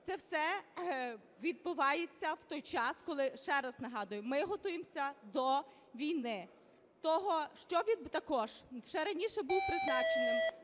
Це все відбувається в той час, коли, ще раз нагадую, ми готуємося до війни. Також ще раніше був призначений